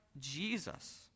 Jesus